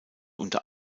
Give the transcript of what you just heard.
unter